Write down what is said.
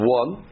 one